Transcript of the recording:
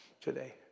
today